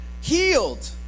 healed